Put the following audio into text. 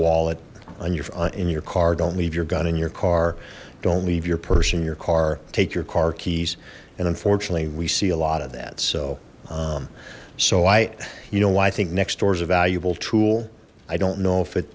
wallet on your in your car don't leave your gun in your car don't leave your purse in your car take your car keys and unfortunately we see a lot of that so so i you know why i think next door is a valuable tool i don't know if it